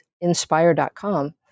inspire.com